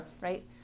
right